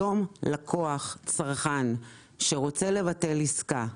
היום לקוח, צרכן שרוצה לבטל עסקה,